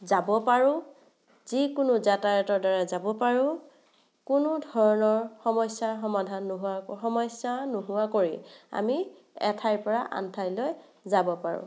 যাব পাৰোঁ যিকোনো যাতায়তৰ দ্বাৰা যাব পাৰোঁ কোনো ধৰণৰ সমস্যাৰ সমাধান নোহোৱাকৈ সমস্যা নোহোৱা কৰি আমি এঠাইৰ পৰা আন ঠাইলৈ যাব পাৰোঁ